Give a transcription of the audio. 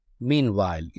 Meanwhile